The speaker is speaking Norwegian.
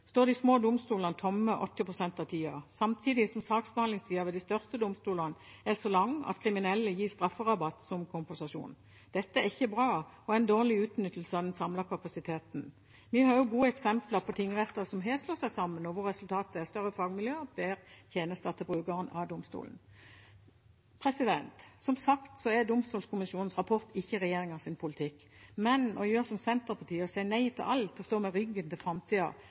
står de små domstolene tomme 80 pst. av tida, samtidig som saksbehandlingstida ved de største domstolene er så lang at kriminelle gis strafferabatt som kompensasjon. Dette er ikke bra og en dårlig utnyttelse av den samlede kapasiteten. Vi har også gode eksempler på tingretter som har slått seg sammen, og hvor resultatet er større fagmiljø og bedre tjenester til brukerne av domstolen. Som sagt er Domstolkommisjonens rapport ikke regjeringens politikk, men å gjøre som Senterpartiet og si nei til alt og stå med ryggen til framtida